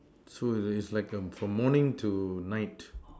so it's like a from morning to night